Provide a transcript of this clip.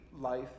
life